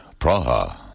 Praha